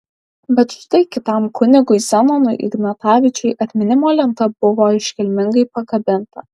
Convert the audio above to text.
bet štai kitam kunigui zenonui ignatavičiui atminimo lenta buvo iškilmingai pakabinta